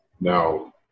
Now